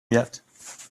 yet